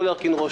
לא להרכין ראש,